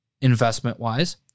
investment-wise